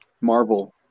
Marvel